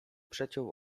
przeciął